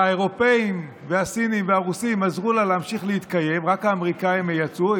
האירופים והסינים והרוסים עזרו לה להמשיך להתקיים ורק האמריקאים יצאו,